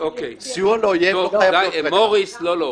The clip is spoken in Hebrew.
סיוע לאויב --- מוריס, לא.